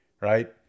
right